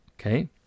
Okay